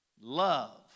Love